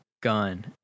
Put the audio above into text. gun